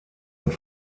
und